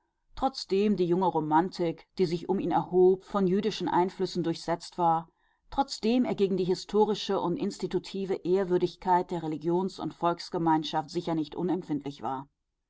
trotzdem die junge romantik die sich um ihn erhob von jüdischen einflüssen durchsetzt war trotzdem er gegen die historische und institutive ehrwürdigkeit der religions und volksgemeinschaft sicher nicht unempfindlich war